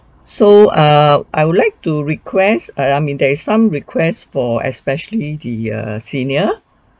so err I would like to request err I mean in there some requests for especially the err senior